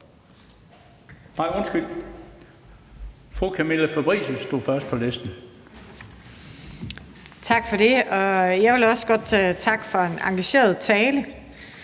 Tak for det. Jeg vil også godt takke for en engageret tale.